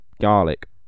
garlic